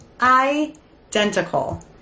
identical